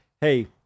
hey